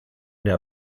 der